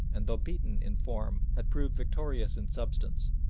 and though beaten in form had proved victorious in substance,